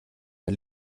der